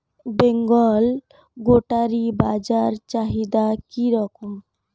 বেঙ্গল গোটারি বাজার চাহিদা কি রকম?